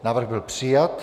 Návrh byl přijat.